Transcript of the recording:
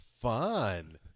fun